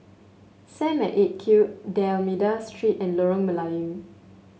Sam at Eight Q D'Almeida Street and Lorong Melayu